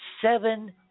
seven